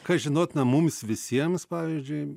kas žinotina mums visiems pavyzdžiui